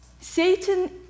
Satan